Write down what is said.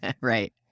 right